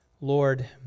Lord